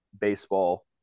baseball